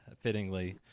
fittingly